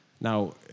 Now